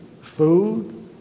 food